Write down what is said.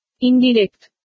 Indirect